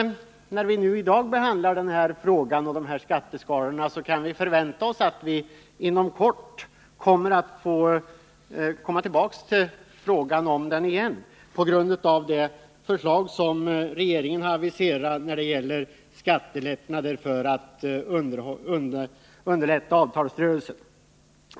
När vi i dag behandlar den här frågan om skatteskalorna kan vi förvänta oss att inom kort komma tillbaka till frågan på grund av det förslag om skattelättnader för att underlätta avtalsrörelsen som regeringen aviserar.